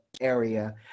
area